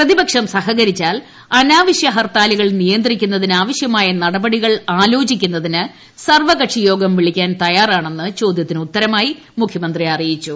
പ്രതിപക്ഷം സഹകരിച്ചാൽ അനാവശ്യ ഹർത്താലുകൾ നിയന്ത്രിക്കുന്നതിന് ആവശ്യമായ നടപടികൾ ആലോചിക്കുന്നതിന് സർവ്വക്ഷിയോഗം വിളിക്കാൻ തയ്യാറാണെന്ന് ചോദ്യത്തിന് ഉത്തരമായി മുഖ്യമന്ത്രി അറിയി ച്ചു